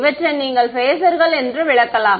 இவற்றை நீங்கள் பேஸர்கள் என்று விளக்கலாம்